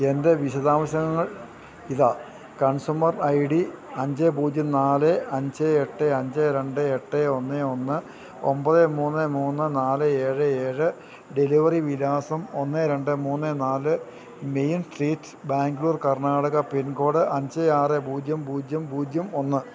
എൻ്റെ വിശദാംശങ്ങൾ ഇതാണ് കൺസ്യൂമർ ഐ ഡി അഞ്ച് പൂജ്യം നാല് അഞ്ച് എട്ട് അഞ്ച് രണ്ട് എട്ട് ഒന്ന് ഒന്ന് ഒമ്പത് മൂന്ന് മൂന്ന് നാല് ഏഴ് ഏഴ് ഡെലിവറി വിലാസം ഒന്ന് രണ്ട് മൂന്ന് നാല് main street Bangalore Karnataka pin code അഞ്ച് ആറ് പൂജ്യം പൂജ്യം പൂജ്യം ഒന്ന്